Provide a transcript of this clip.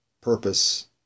purpose